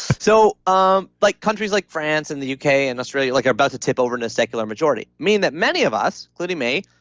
so um like countries like france and the uk and australia like are about to tip over in a secular majority. mean that many of us, including me.